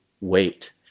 wait